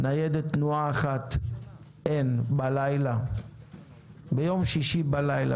ניידת תנועה אחת אין בלילה ביום שישי בלילה